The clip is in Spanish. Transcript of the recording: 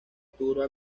turba